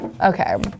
Okay